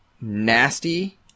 nasty